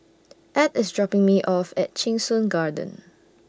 Edd IS dropping Me off At Cheng Soon Garden